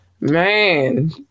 Man